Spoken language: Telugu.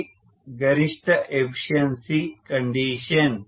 ఇది గరిష్ట ఎఫిషియన్సి కండీషన్